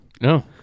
no